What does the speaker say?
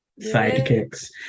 Sidekicks